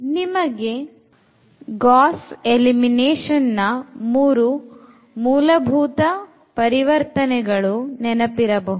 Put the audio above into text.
ನಿಮಗೆ Gauss elimination ನ ೩ ಮೂಲಭೂತ ಹಂತಗಳು ನೆನಪಿರಬಹುದು